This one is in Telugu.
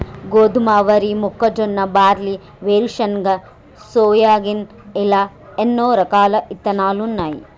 గోధుమ, వరి, మొక్కజొన్న, బార్లీ, వేరుశనగ, సోయాగిన్ ఇలా ఎన్నో రకాలు ఇత్తనాలున్నాయి